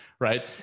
right